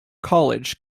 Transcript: college